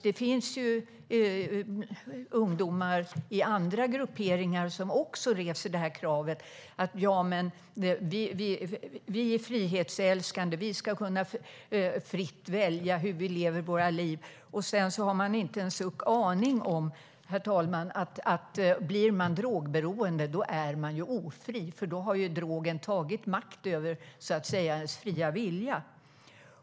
Det finns ungdomar i andra grupperingar som också reser detta krav. Vi är frihetsälskande, och vi ska fritt kunna välja hur vi lever våra liv, säger de. Sedan har de inte en aning om, herr talman, att om man blir drogberoende är man ofri. Då har drogen tagit makt över ens fria vilja.